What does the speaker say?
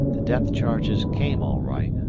the depth-charges came all right,